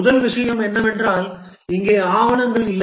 முதல் விஷயம் என்னவென்றால் இங்கே ஆவணங்கள் இல்லை